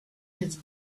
his